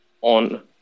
on